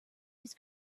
his